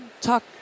talk